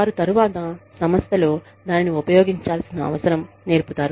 వారు తరువాత సంస్థలో దానిని ఉపయోగించాల్సిన అవసరం నేర్పుతారు